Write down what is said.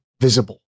visible